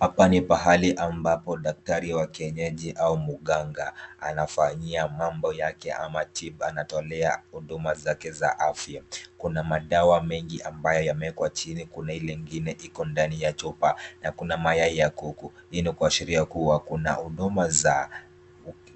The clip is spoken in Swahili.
Hapa ni pahali ambapo daktari wa kienyeji au mganga anafanyia mambo yake ama tiba anatolea huduma zake za afya. Kuna madawa mengi ambayo yamewekwa chini, kuna ile ingine iko ndani ya chupa na kuna mayai ya kuku. Hii ni kuashiria kuwa kuna huduma za